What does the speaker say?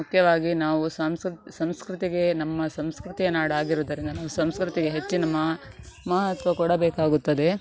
ಮುಖ್ಯವಾಗಿ ನಾವು ಸಾಮ್ಸ್ ಸಂಸ್ಕೃತಿಗೆ ನಮ್ಮ ಸಂಸ್ಕೃತಿಯ ನಾಡಾಗಿರುವುದರಿಂದ ನಾವು ಸಂಸ್ಕೃತಿಗೆ ಹೆಚ್ಚಿನ ಮಹತ್ವ ಕೊಡಬೇಕಾಗುತ್ತದೆ